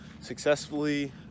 successfully